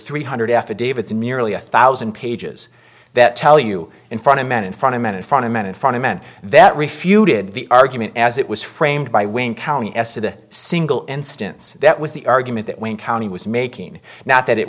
three hundred affidavits nearly a thousand pages that tell you in front of men in front of men in front of men in front of men that refuted the argument as it was framed by wayne county as to the single instance that was the argument that wayne county was making not that it